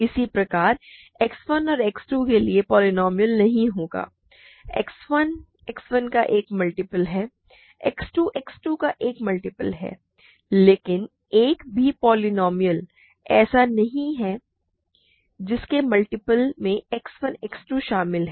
इसी प्रकार X 1 और X 2 के लिए पोलीनोमिअल नहीं होगा X 1 X 1 का एक मल्टीपल है और X 2 X 2 का एक मल्टीपल है लेकिन एक भी पोलीनोमिअल ऐसा नहीं है जिसके मल्टीपल में X 1 और X 2 शामिल हैं